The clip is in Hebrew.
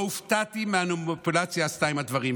לא הופתעתי מהמניפולציה שנעשתה עם הדברים.